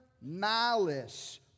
malice